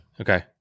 Okay